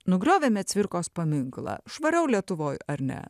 nugriovėme cvirkos paminklą švariau lietuvoj ar ne